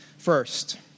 First